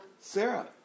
Sarah